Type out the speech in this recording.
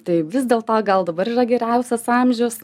tai vis dėl to gal dabar yra geriausias amžius